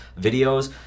videos